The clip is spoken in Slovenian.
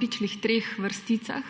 pičlih treh vrsticah.